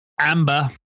Amber